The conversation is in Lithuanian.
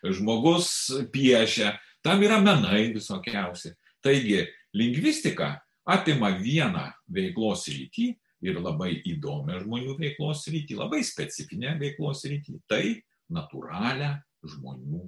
žmogus piešia tam yra menai visokiausi taigi lingvistika apima vieną veiklos sritį ir labai įdomią žmonių veiklos sritį labai specifinę veiklos sritį tai natūralią žmonių